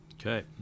Okay